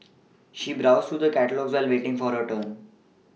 she browsed through the catalogues while waiting for her turn